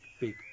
big